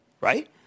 right